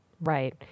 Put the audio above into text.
Right